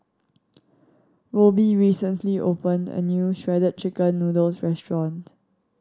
Roby recently opened a new Shredded Chicken Noodles restaurant